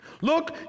Look